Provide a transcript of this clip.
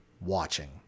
watching